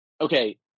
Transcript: Okay